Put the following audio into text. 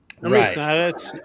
Right